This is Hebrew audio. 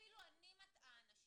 אפילו אני מטעה אנשים.